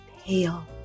Pale